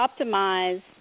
optimize